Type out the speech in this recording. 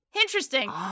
Interesting